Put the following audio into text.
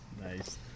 Nice